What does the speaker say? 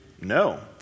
no